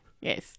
Yes